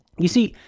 you see,